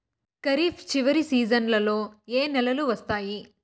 ఖరీఫ్ చివరి సీజన్లలో ఏ నెలలు వస్తాయి?